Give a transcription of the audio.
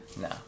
No